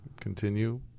continue